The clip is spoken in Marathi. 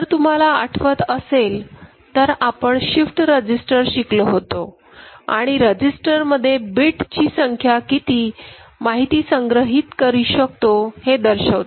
जर तुम्हाला आठवत असेल तर आपण शिफ्ट रजिस्टर शिकलो होतो आणि रजिस्टर मध्ये बीट ची संख्या तो किती माहिती संग्रहित करू शकतो हे दर्शवते